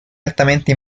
altamente